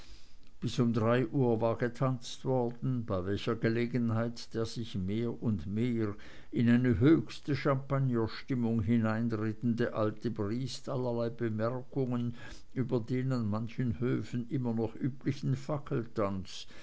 bis um drei uhr war getanzt worden bei welcher gelegenheit der sich mehr und mehr in eine höchste champagnerstimmung hineinredende alte briest allerlei bemerkungen über den an manchen höfen immer noch üblichen